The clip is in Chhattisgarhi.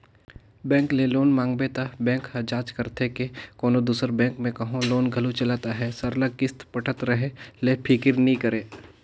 बेंक ले लोन मांगबे त बेंक ह जांच करथे के कोनो दूसर बेंक में कहों लोन घलो चलत अहे सरलग किस्त पटत रहें ले फिकिर नी रहे